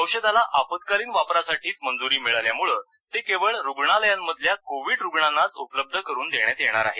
औषधाला आपत्कालीन वापरासाठीच मंजुरी मिळाल्यानं ते केवळ रुग्णालयांमधल्या कोविड रुग्णांनाच उपलब्ध करून देण्यात येणार आहे